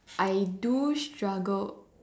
I do struggle